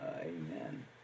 Amen